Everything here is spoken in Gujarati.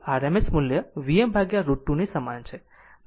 આમ v એ RMS મૂલ્ય Vm√ 2 ની સમાન છે